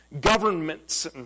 governments